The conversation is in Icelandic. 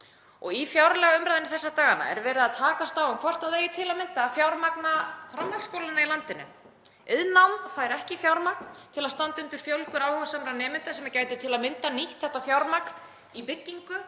og í fjárlagaumræðunni þessa dagana er verið að takast á um hvort það eigi til að mynda að fjármagna framhaldsskólana í landinu. Iðnnám fær ekki fjármagn til að standa undir fjölgun áhugasamra nemenda sem gætu til að mynda nýtt þetta fjármagn í byggingu